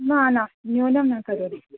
न न न्यूनं न करोति